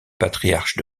patriarche